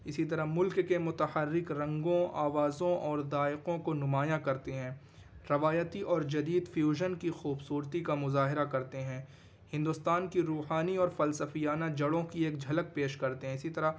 اسی طرح ملک کے متحرک رنگوں آوازوں اور ذائقوں کو نمایاں کرتے ہیں روایتی اور جدید فیوژن کی خوبصورتی کا مظاہرہ کرتے ہیں ہندوستان کی روحانی اور فلسفیانہ جڑوں کی ایک جھلک پیش کرتے ہیں اسی طرح